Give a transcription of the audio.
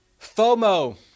FOMO